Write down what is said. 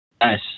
Nice